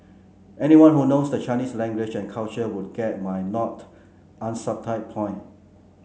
anyone who knows the Chinese language and culture would get my not unsubtle point